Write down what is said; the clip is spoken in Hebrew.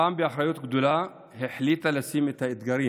רע"מ, באחריות גדולה, החליטה לשים את האתגרים